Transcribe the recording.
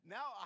Now